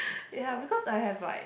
ya because I have like